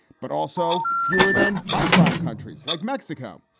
but also fewer than high crime countries like mexico.